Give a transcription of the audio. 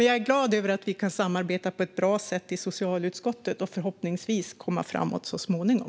Jag är glad över att vi kan samarbeta på ett bra sätt i socialutskottet och förhoppningsvis komma framåt så småningom.